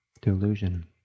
delusion